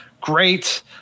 great